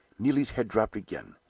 neelie's head dropped again.